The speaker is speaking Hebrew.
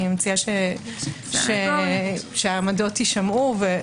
אני מציעה שהעמדות יישמעו.